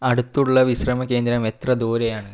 അടുത്തുള്ള വിശ്രമകേന്ദ്രം എത്ര ദൂരെയാണ്